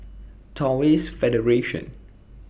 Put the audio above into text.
Taoist Federation